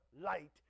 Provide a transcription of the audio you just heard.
light